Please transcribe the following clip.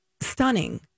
stunning